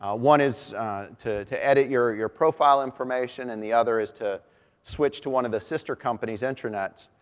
ah one is to to edit your your profile information, and the other is to switch to one of the sister companies' intranets,